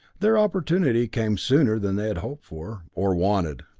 their opportunity came sooner than they had hoped for or wanted.